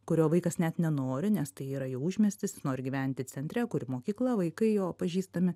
kurio vaikas net nenori nes tai yra jau užmiestis jis nori gyventi centre kur mokykla vaikai jo pažįstami